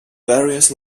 various